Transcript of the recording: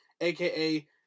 aka